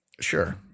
sure